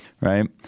Right